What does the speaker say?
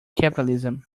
capitalism